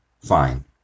Fine